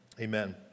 Amen